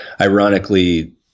ironically